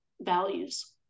values